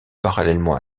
parallèlement